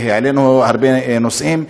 העלינו הרבה נושאים.